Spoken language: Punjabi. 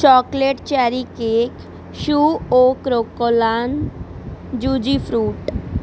ਚੋਕਲੇਟ ਚੈਰੀ ਕੇਕ ਸ਼ੂ ਓ ਕਰੋਕੋਲਾਨ ਜੂਜੀਫਰੂਟ